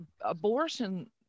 abortion